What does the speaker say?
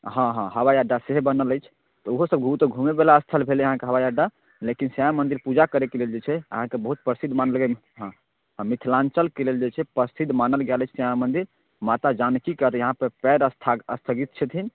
हँ हँ हवाइ अड्डा से बनल अछि तऽ ओहोसभ बहुत घूमैवला स्थल भेलै अहाँके हवाइ अड्डा लेकिन श्यामा मन्दिर पूजा करैके लेल जे छै अहाँके बहुत प्रसिद्ध मानल गेलैए आ मिथिलाञ्चलके लेल जे छै प्रसिद्ध मानल गेल अछि श्यामा मन्दिर माता जानकीके यहाँपर पएर स्था स्थापित छथिन